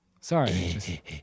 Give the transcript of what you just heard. Sorry